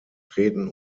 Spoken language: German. treten